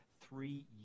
three